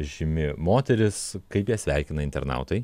žymi moteris kaip ją sveikina internautai